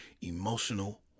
Emotional